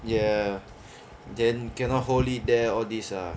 ya then cannot hold it there all this ah